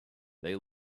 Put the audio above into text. they